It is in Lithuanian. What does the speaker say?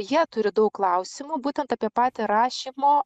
jie turi daug klausimų būtent apie patį rašymo